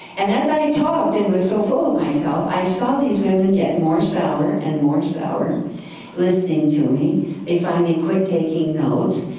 and as i talked and was so full of myself, i saw these women get more sour and more sour listening to me but and they quit taking notes.